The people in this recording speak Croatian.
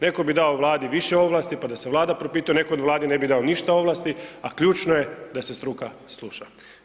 Neko bi dao Vladi više ovlasti pa da se Vlada propituje, neko Vladi ne bi dao ništa ovlasti, a ključno je da se struka sluša.